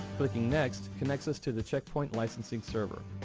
clicking next connects us to the check point licensing server,